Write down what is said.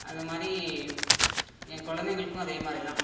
அதுமாதிரி என் குலந்தைங்களுக்கும் அதேமாதிரிதான்